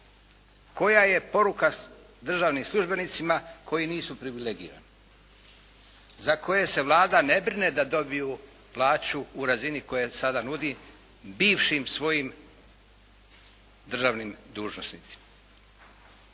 Koja je poruka državnim službenicima koji nisu privilegirani, za koje se Vlada ne brine da dobiju plaću u razini koje sada nudi bivšim svojim državnim dužnosnicima?